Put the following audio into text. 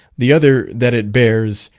the other that it bears,